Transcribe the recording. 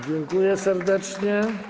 Dziękuję serdecznie.